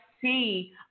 see